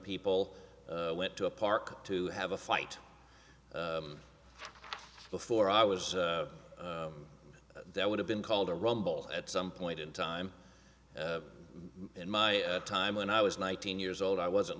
people went to a park to have a fight before i was that would have been called a rumble at some point in time in my time when i was nineteen years old i wasn't